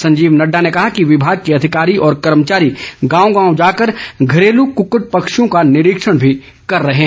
संजीव नड़डा ने कहा कि विभाग के अधिकारी और कर्मचारी गांव गांव जाकर घरेलू कुक्कुट पक्षियों का निरिक्षण भी कर रहे हैं